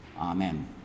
amen